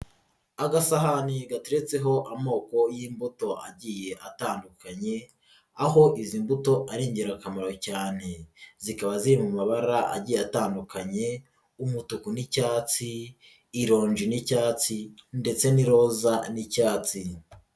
Agasahani gateretseho amoko y'imbuto agiye atandukanye, aho izi mbuto ari ingirakamaro cyane zikaba ziri mu mabara agiye atandukanye umutuku n'icyatsi, ironji n'icyatsi ndetse n'iroza n'icyatsi.